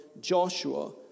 Joshua